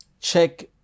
Check